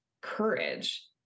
courage